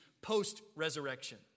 post-resurrection